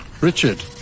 Richard